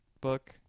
book